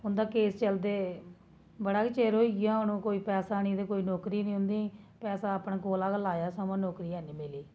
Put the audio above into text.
उं'दा केस चलदे बड़ा गै चिर होई गेदा हून ओह् कोई पैसा निं ते कोई नौकरी निं उं'दी पैसा अपने कोला गै लाया सगुआं नौकरी हैन्नी मिली